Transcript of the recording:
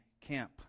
camp